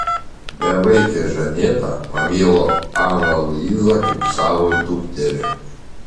bevaikė žaneta pamilo aną luizą kaip savo dukterį